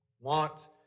want